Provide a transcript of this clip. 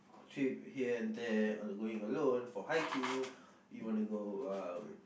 trip here and there or going alone for hiking you want to go um